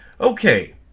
Okay